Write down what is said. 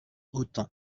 autant